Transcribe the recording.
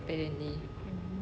apparently